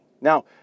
Now